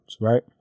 Right